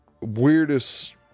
Weirdest